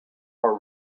are